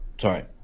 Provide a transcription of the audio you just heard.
Sorry